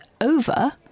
over